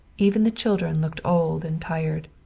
even the children looked old and tired.